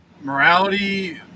morality